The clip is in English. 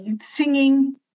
singing